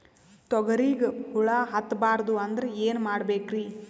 ತೊಗರಿಗ ಹುಳ ಹತ್ತಬಾರದು ಅಂದ್ರ ಏನ್ ಮಾಡಬೇಕ್ರಿ?